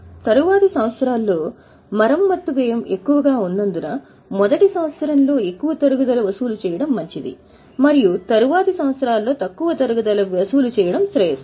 తరువాతి సంవత్సరాల్లో మీ మరమ్మత్తు వ్యయం ఎక్కువగా ఉన్నందున మొదటి సంవత్సరంలో ఎక్కువ తరుగుదల వసూలు చేయడం మంచిది మరియు తరువాతి సంవత్సరాల్లో తక్కువ తరుగుదల వసూలు చేయడం మంచిది